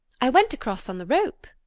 i went across on the rope.